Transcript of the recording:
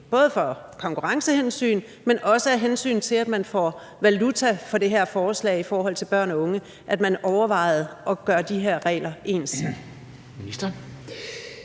både af konkurrencehensyn, men også af hensyn til at man får valuta for det her forslag i forhold til børn og unge, at man overvejede at gøre de her regler ens?